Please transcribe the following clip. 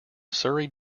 surrey